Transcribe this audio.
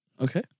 Okay